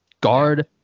guard